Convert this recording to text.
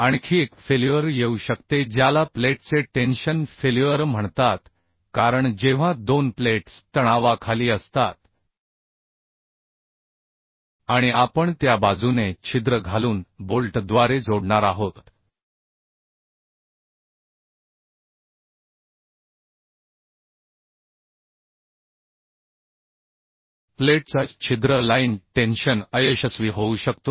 आणखी एक फेल्युअर येऊ शकते ज्याला प्लेटचे टेन्शन फेल्युअर म्हणतात कारण जेव्हा दोन प्लेट्स तणावाखाली असतातआणि आपण त्या बाजूने छिद्र घालून बोल्टद्वारे जोडणार आहोत प्लेटचा छिद्र लाईन टेन्शन अयशस्वी होऊ शकतो